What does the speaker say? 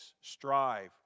strive